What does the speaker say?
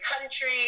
country